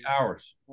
hours